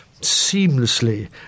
seamlessly